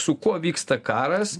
su kuo vyksta karas